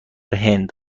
هند